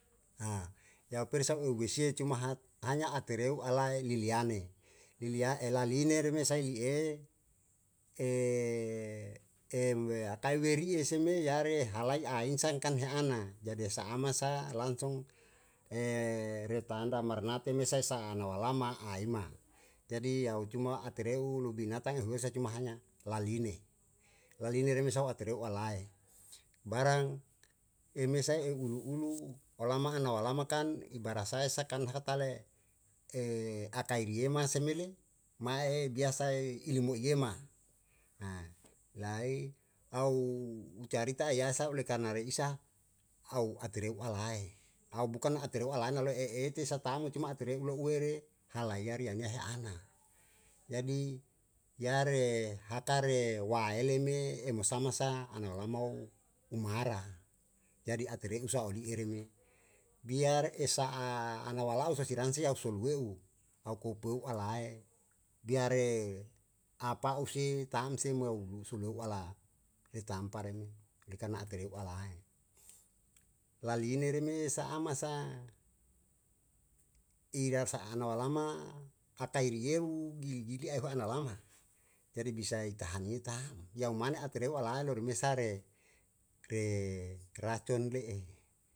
yau perisau eu wesie cuma ha hanya a tereu alae liliane lilia ela liner me sai i akai werie seme yare halai a in sai kan he ana jadi e sama'a masa langsung retanra marnate me sai sa'a na walawama aima jadi yau cuma a tereu lubinatang hue sai cuma hanya laline, laline reme sau artereu alae, barang emesai eu ulu ulu olama na walawama kan ibarasae saka na hatale akae riema semile mae biasae ilmu iema lai au ucarita ye asa oleh karna re isa au a etereu ala hahe, au bukan a tereu alane le'e e eite satamu cuma a tereu lo'u were hala yari yae ne he ana, jadi yare hakare wa'aele me e mosama sa anau lamau umahara jadi a tare u sa oli ere me biar esa'a ana walau sosi ransia usul we'u au kopeu alae biare apa'u isi tamsi mau bu suleu ala etamparemo oleh karna a tere'u ala hahe, laliena reme e sa'a masa i sa'a anawalama akai riyeru gili gili ae hua ana lama jadi bisai tahani tam yau mane a tereu ala ae loru mesa re re racon le'e.